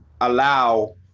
allow